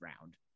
round